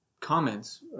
comments